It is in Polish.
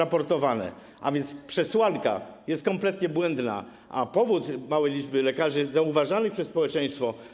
A więc przesłanka jest kompletnie błędna, a powód małej liczby lekarzy jest zauważalny przez społeczeństwo.